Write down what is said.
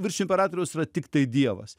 virš imperatoriaus yra tiktai dievas